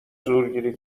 زورگیری